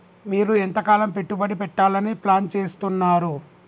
మీరు ఎంతకాలం పెట్టుబడి పెట్టాలని ప్లాన్ చేస్తున్నారు?